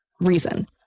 reason